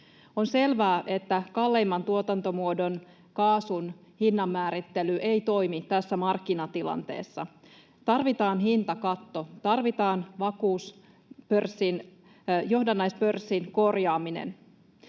On selvää, että kalleimman tuotantomuodon, kaasun, hinnan määrittely ei toimi tässä markkinatilanteessa. Tarvitaan hintakatto, tarvitaan vakuus, johdannaispörssin korjaaminen,